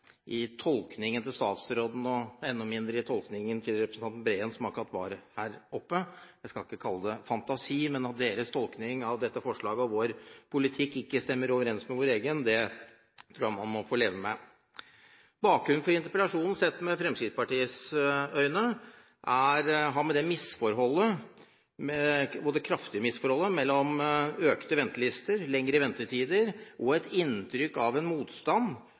tolkningen til statsråden og enda mindre i tolkningen til representanten Breen, som akkurat var på talerstolen. Jeg skal ikke kalle det fantasi, men at deres tolkning av dette forslaget og vår politikk ikke stemmer overens med vår egen, tror jeg man må leve med. Bakgrunnen for interpellasjonen – sett med Fremskrittspartiets øyne – har med det kraftige misforholdet mellom økte ventelister, lengre ventetider og et inntrykk av en motstand